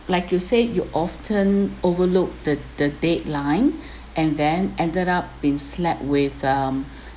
like you say you often overlooked the the deadline and then ended up been slapped with um